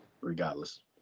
regardless